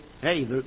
hey